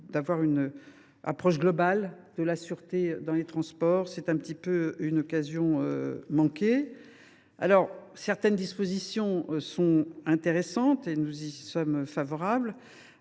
d’avoir une approche globale de la sûreté dans les transports. Il s’agit, en quelque sorte, d’une occasion manquée. Néanmoins, certaines dispositions sont intéressantes et nous y sommes favorables.